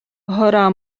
гора